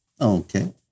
Okay